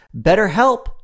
BetterHelp